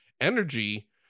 energy